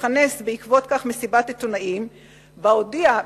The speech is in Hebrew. לכנס בעקבות כך מסיבת עיתונאים ובה הודיע,